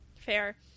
fair